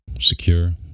secure